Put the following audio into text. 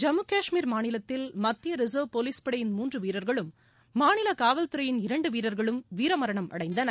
ஜம்மு கஷ்மீர் மாநிலத்தில் மத்திய reserve police படையின் மூன்று வீரர்களும் மாநில காவல்துறையின் இரண்டு வீரர்களும் வீரமரணம் அடைந்தனர்